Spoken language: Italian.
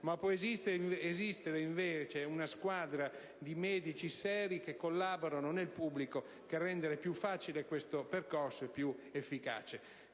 ma può esistere invece una squadra di medici seri che collaborano nel pubblico per rendere più facile e più efficace